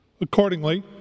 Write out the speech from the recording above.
Accordingly